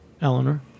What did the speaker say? eleanor